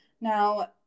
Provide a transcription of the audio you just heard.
Now